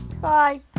Bye